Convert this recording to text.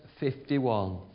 51